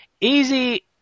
Easy